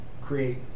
create